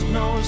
no